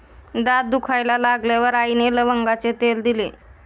दात दुखायला लागल्यावर आईने लवंगाचे तेल दिले